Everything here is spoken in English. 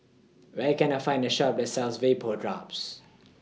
Where Can I Find A Shop that sells Vapodrops